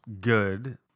good